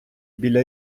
біля